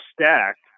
stacked